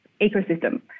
ecosystem